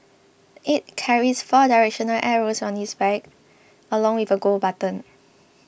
it carries four directional arrows on its back along with a Go button